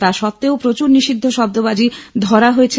তা সত্বেও প্রচুর নিষিদ্ধ শব্দবাজি ধরা হয়েছে